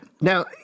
Now